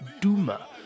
Duma